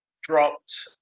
dropped